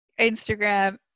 Instagram